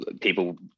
people